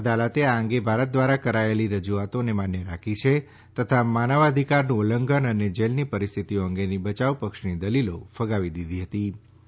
અદાલતે આ અંગે ભારત દ્વારા કરાયેલી રજૂઆતોને માન્ય રાખી છે તથા માનવાધિકારનું ઉલ્લંધન અને જેલની પરિસ્થિતીઓ અંગેની બચાવપક્ષની દલીલો ફગાવી દીધી હતીં